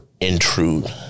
intrude